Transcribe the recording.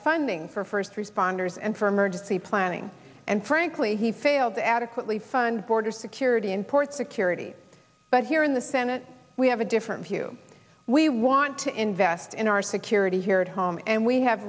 funding for first responders and for emergency planning and frankly he failed to adequately fund border security and port security but here in the senate we have a different view we want to invest in our security here at home and we have